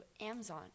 Amazon